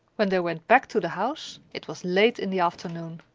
when they went back to the house, it was late in the afternoon.